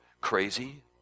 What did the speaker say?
crazy